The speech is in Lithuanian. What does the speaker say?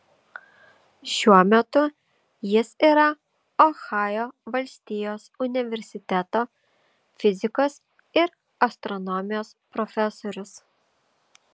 šiuo metu jis yra ohajo valstijos universiteto fizikos ir astronomijos profesorius